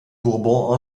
bourbon